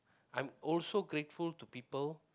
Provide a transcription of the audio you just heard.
I'm also grateful to people